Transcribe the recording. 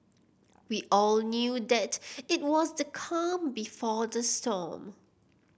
we all knew that it was the calm before the storm